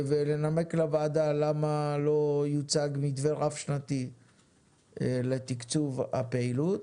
ולנמק לוועדה למה לא הוצג מתווה רב שנתי לתקצוב הפעילות.